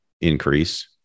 increase